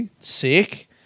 Sick